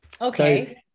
Okay